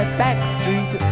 backstreet